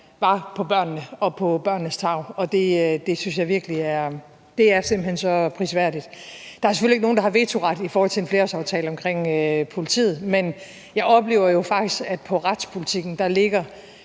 vare på børnene og på børnenes tarv, og det synes jeg virkelig er så prisværdigt. Der er selvfølgelig ikke nogen, der har vetoret i forhold til en flerårsaftale omkring politiet, men jeg oplever jo faktisk, at på retspolitikken ligger